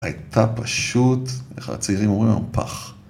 הייתה פשוט, איך הצעירים אומרים, אמפח.